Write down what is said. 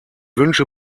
wünsche